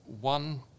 one